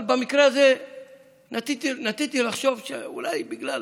אבל במקרה הזה נטיתי לחשוב שאולי בגלל